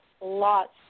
lots